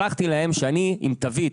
שלחתי להם שאני עם תווית.